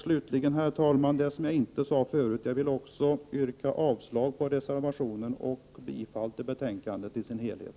Slutligen, herr talman, vill jag också yrka avslag på reservationen och bifall till utskottets hemställan i dess helhet.